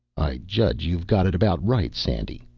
i judge you've got it about right, sandy,